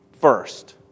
first